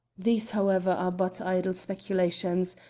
these, however, are but idle speculations,